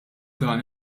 dan